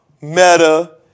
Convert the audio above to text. Meta